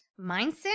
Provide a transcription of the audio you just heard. mindset